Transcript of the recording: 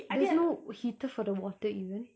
there's no heater for the water even